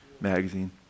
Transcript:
Magazine